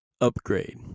upgrade